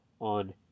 on